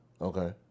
okay